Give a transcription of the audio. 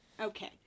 Okay